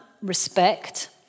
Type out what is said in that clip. respect